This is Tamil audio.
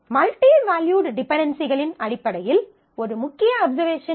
மல்டி வேல்யூட் டிபென்டென்சிகளின் அடிப்படையில் ஒரு முக்கிய அப்சர்வேஷன் என்ன